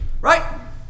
Right